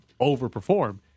overperform